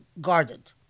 guarded